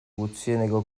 gutxieneko